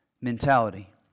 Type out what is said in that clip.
mentality